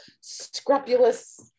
Scrupulous